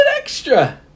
extra